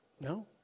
no